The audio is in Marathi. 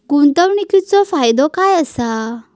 गुंतवणीचो फायदो काय असा?